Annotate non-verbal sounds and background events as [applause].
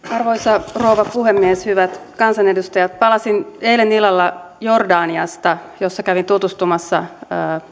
[unintelligible] arvoisa rouva puhemies hyvät kansanedustajat palasin eilen illalla jordaniasta jossa kävin tutustumassa